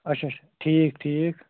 اَچھا اَچھا ٹھیٖک ٹھیٖک